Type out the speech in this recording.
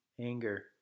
anger